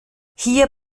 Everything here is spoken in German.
hier